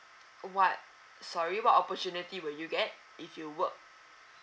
what sorry what opportunity would you get if you work